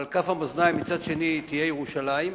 ועל כף המאזניים מצד שני תהיה ירושלים,